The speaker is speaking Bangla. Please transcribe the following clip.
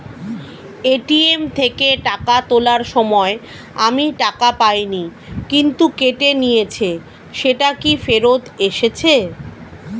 এ.টি.এম থেকে টাকা তোলার সময় আমি টাকা পাইনি কিন্তু কেটে নিয়েছে সেটা কি ফেরত এসেছে?